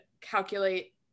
calculate